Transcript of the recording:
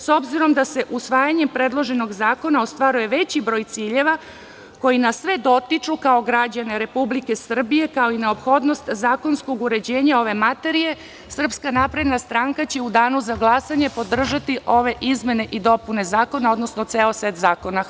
S obzirom da se usvajanjem predloženog zakona ostvaruje veći broj ciljeva koji nas sve dotiču kao građane Republike Srbije, kao i neophodnost zakonskog uređenja ove materije, SNS će u danu za glasanje podržati ove izmene i dopune zakona, odnosno ceo set zakona.